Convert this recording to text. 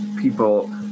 people